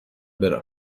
برم